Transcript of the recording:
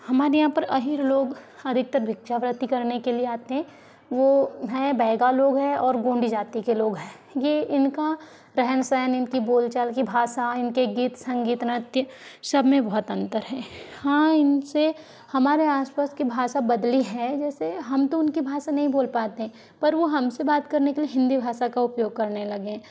हमारे यहाँ पर अहीर लोग अधिकतर भिक्षाव्रती करने के लिए आते हैं वो हैं बैगा लोग हैं और गौड जाति के लोग हैं ये इनका रहन सहन इनकी बोलचाल की भाषा इनके गीत संगीत नृत्य सब में बहुत अंतर है हाँ इनसे हमारे आसपास की भाषा बदली है जैसे हम तो उनकी भाषा नहीं बोल पाते पर वो हम से बात करने के लिए हिन्दी भाषा का उपयोग करने लगे हैं